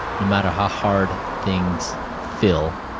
no matter how hard things feel,